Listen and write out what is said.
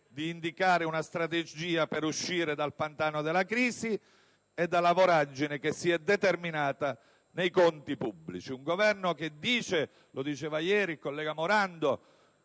di indicare una strategia per uscire dal pantano della crisi e dalla voragine che si è determinata nei conti pubblici. Un Governo che dichiara - come ha ricordato ieri il collega Morando